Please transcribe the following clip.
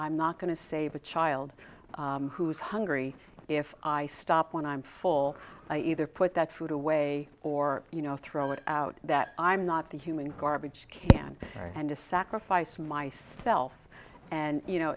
i'm not going to save a child who's hungry if i stop when i'm full i either put that food away or you know throw it out that i'm not the human garbage can again and to sacrifice myself and you know